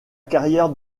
carrière